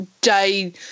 day